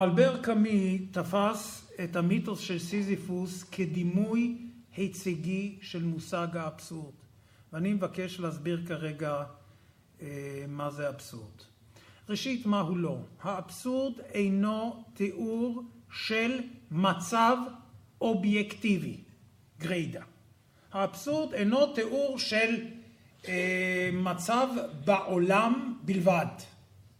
אלבר קמי תפס את המיתוס של סיזיפוס כדימוי היציגי של מושג האבסורד, ואני מבקש להסביר כרגע מה זה אבסורד. ראשית מה הוא לא, האבסורד אינו תיאור של מצב אובייקטיבי, גריידא. האבסורד אינו תיאור של מצב בעולם בלבד.